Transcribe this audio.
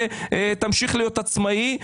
ותמשיך להיות עצמאי,